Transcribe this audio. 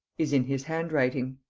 is in his handwriting.